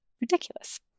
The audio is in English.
ridiculous